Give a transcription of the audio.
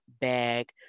bag